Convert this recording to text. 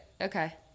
Okay